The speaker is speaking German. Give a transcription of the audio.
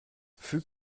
füg